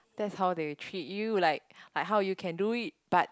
that's how they treat you like like how you can do it but